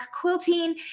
quilting